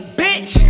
bitch